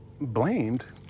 blamed